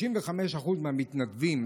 35% מהמתנדבים,